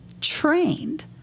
trained